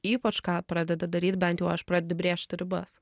ypač ką pradeda daryt bent jau aš pradedi brėžti ribas